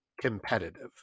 competitive